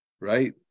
right